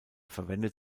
verwendet